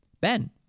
Ben